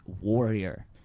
warrior